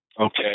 Okay